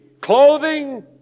clothing